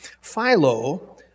Philo